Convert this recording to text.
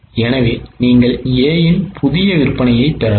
எனவே நீங்கள் A இன் புதிய விற்பனையைப் பெறலாம்